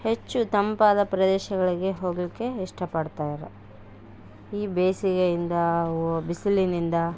ಹೆಚ್ಚು ತಂಪಾದ ಪ್ರದೇಶಗಳಿಗೆ ಹೋಗಲಿಕ್ಕೆ ಇಷ್ಟಪಡ್ತಾರೆ ಈ ಬೇಸಿಗೆಯಿಂದ ಓ ಬಿಸಿಲಿನಿಂದ